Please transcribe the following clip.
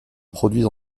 produisent